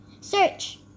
Search